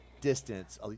distance